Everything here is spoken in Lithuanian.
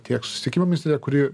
tiek susitiekimo ministerija kuri